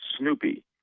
Snoopy